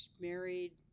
married